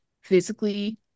physically